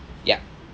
ya